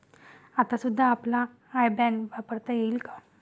आता सुद्धा आपला आय बॅन वापरता येईल का?